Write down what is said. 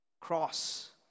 Cross